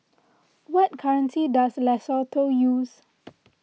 what currency does Lesotho use